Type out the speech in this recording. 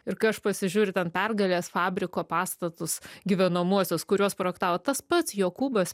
ir kai aš pasižiūriu ten pergalės fabriko pastatus gyvenamuosius kuriuos projektavo tas pats jokūbas